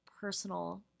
personal